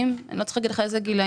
ואני לא צריכה להגיד לך באיזה גילאים,